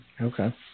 okay